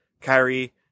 Kyrie